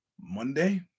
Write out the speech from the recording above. Monday